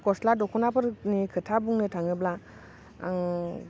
गस्ला दख'नाफोरनि खोथा बुंनो थाङोब्ला आं